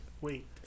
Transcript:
wait